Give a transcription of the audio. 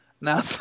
Now